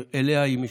שאליה היא משויכת.